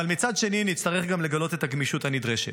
אבל מצד שני נצטרך גם לגלות את הגמישות הנדרשת.